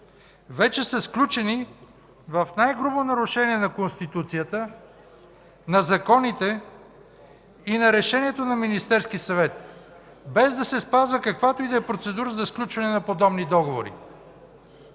вече са сключени в най-грубо нарушение на Конституцията, на законите и на решението на Министерския съвет, без да се спазва каквато и да е процедура за сключване на подобни договори.